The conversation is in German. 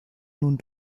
nun